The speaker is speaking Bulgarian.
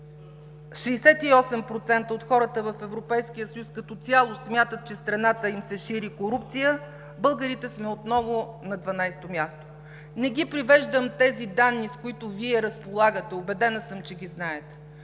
68% от хората в Европейския съюз като цяло смятат, че в страната им се шири корупция. Българите сме отново на 12-то място. Не привеждам данните, с които Вие разполагате, убедена съм, че ги знаете,